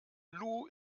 lou